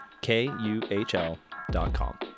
k-u-h-l.com